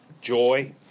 joy